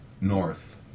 north